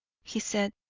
he said,